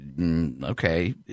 okay